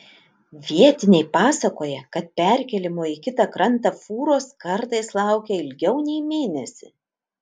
vietiniai pasakoja kad perkėlimo į kitą krantą fūros kartais laukia ilgiau nei mėnesį